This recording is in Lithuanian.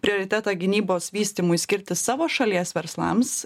prioritetą gynybos vystymui skirti savo šalies verslams